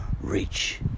reach